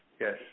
yes